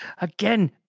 Again